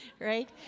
right